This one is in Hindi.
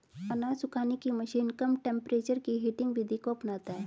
अनाज सुखाने की मशीन कम टेंपरेचर की हीटिंग विधि को अपनाता है